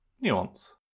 nuance